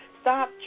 Stop